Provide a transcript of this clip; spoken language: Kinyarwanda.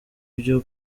byo